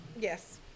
Yes